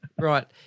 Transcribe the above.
Right